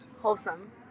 wholesome